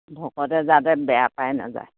ভকতে যাতে বেয়া পায় নাযায়